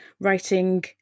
writing